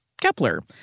Kepler